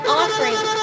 offering